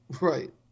Right